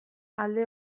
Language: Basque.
alde